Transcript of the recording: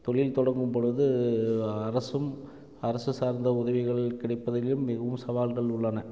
தொழில் தொடங்கும்பொழுது அரசும் அரசு சார்ந்த உதவிகள் கிடைப்பதிலும் மிகவும் சவால்கள் உள்ளன